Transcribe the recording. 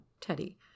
Teddy